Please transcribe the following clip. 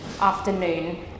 afternoon